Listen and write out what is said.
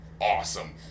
awesome